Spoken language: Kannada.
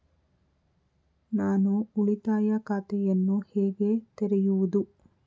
ನಾನು ಉಳಿತಾಯ ಖಾತೆಯನ್ನು ಹೇಗೆ ತೆರೆಯುವುದು?